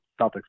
Celtics